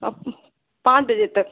आप पाँच बजे तक